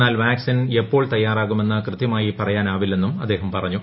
എന്നാൽ വാക്സിൻ കേന്ദ്ര എപ്പോൾ തയ്യാറാകുമെന്ന് കൃത്യമായി പറയാനാവില്ലെന്നും അദ്ദേഹം പറഞ്ഞു